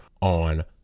on